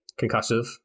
Concussive